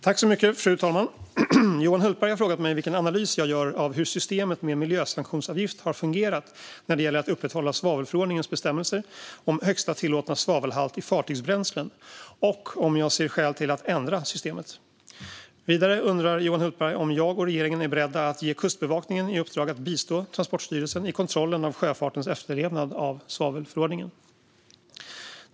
Fru talman! Johan Hultberg har frågat mig vilken analys jag gör av hur systemet med miljösanktionsavgift har fungerat när det gäller att upprätthålla svavelförordningens bestämmelser om högsta tillåtna svavelhalt i fartygsbränslen och om jag ser något skäl till att ändra i systemet. Vidare undrar Johan Hultberg om jag och regeringen är beredda att ge Kustbevakningen i uppdrag att bistå Transportstyrelsen i kontrollen av sjöfartens efterlevnad av svavelförordningen.